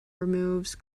removes